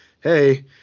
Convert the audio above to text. hey